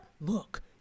look